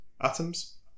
atoms